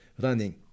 running